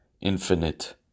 infinite